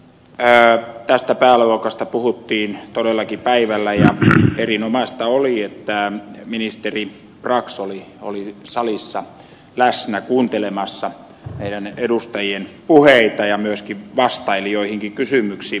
tästä pääluokasta puhuttiin todellakin päivällä ja erinomaista oli että ministeri brax oli salissa läsnä kuuntelemassa meidän edustajien puheita ja myöskin vastaili joihinkin kysymyksiin